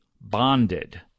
bonded